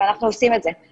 ואנחנו עושים את זה.